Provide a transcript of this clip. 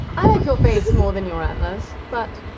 um and so face more than your antlers, but